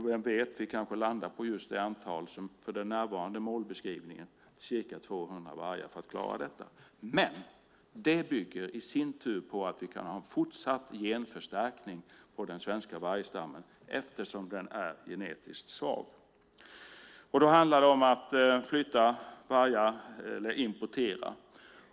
Vem vet? Vi kanske landar på just det antal som finns i den nuvarande målbeskrivningen, ca 200 vargar, för att klara detta. Men det bygger i sin tur på att vi kan ha en fortsatt genförstärkning av den svenska vargstammen, eftersom den är genetiskt svag. Då handlar det om att flytta vargar eller importera.